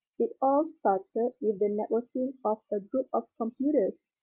it all started with the networking of a group of computers,